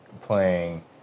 playing